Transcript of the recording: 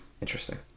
Interesting